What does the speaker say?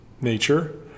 nature